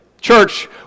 Church